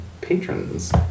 patrons